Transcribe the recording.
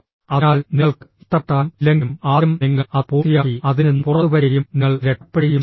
അതിനാൽ നിങ്ങൾക്ക് ഇഷ്ടപ്പെട്ടാലും ഇല്ലെങ്കിലും ആദ്യം നിങ്ങൾ അത് പൂർത്തിയാക്കി അതിൽ നിന്ന് പുറത്തുവരികയും നിങ്ങൾ രക്ഷപ്പെടുകയും ചെയ്യുന്നു